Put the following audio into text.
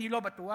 אני לא בטוח,